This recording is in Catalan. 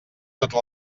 tota